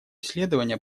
исследования